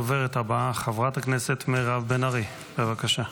הדוברת הבאה, חברת הכנסת מירב בן ארי, בבקשה.